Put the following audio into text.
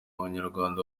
abanyarwanda